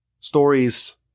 stories